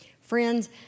Friends